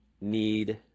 need